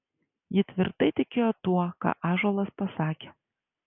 ji tvirtai tikėjo tuo ką ąžuolas pasakė